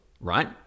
right